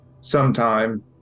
sometime